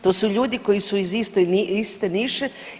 To su ljudi koji su iz iste niše.